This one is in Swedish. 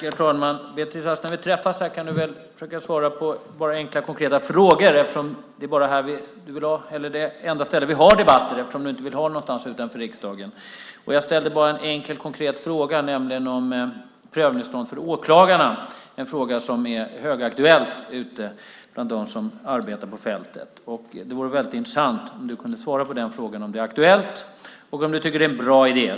Herr talman! När vi träffas här kan du väl försöka svara på enkla, konkreta frågor, Beatrice Ask. Det här är ju det enda ställe vi för debatter på eftersom du inte vill föra dem någonstans utanför riksdagen. Jag ställde bara en enkel konkret fråga, nämligen den om prövningstillstånd för åklagarna. Det är en fråga som är högaktuell ute bland dem som arbetar på fältet. Det vore intressant om du kunde svara på den frågan. Är det aktuellt, och tycker du att det är en bra idé?